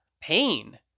pain